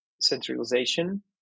centralization